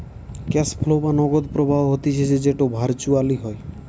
cash flow বা নগদ প্রবাহ হতিছে যেটো ভার্চুয়ালি হয়